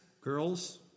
girls